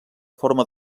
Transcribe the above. forma